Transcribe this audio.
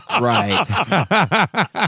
Right